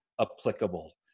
applicable